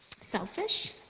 selfish